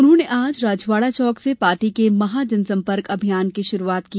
उन्होंने आज राजवाड़ा चौक से पार्टी के महा जनसंपर्क अभियान की शुरुआत की